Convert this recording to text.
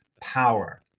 power